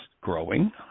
growing